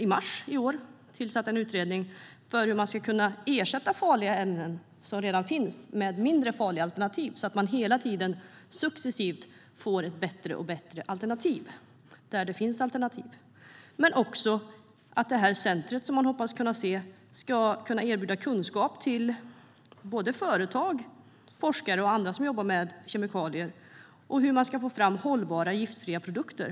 I mars i år tillsatte vi en utredning för hur farliga ämnen som redan finns ska kunna ersättas med mindre farliga alternativ, så att vi hela tiden successivt får bättre och bättre alternativ - där det finns sådana. Det centrum vi hoppas kunna se ska också erbjuda kunskap till såväl företag som forskare och andra som jobbar med kemikalier om hur man får fram hållbara, giftfria produkter.